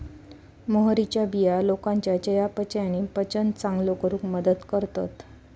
मोहरीच्या बिया लोकांच्या चयापचय आणि पचन चांगलो करूक मदत करतत